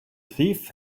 thief